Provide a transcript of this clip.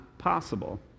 possible